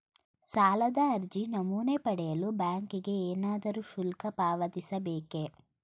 ಸಾಲದ ಅರ್ಜಿ ನಮೂನೆ ಪಡೆಯಲು ಬ್ಯಾಂಕಿಗೆ ಏನಾದರೂ ಶುಲ್ಕ ಪಾವತಿಸಬೇಕೇ?